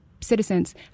citizens